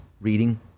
reading